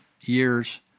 years